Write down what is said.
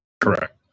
Correct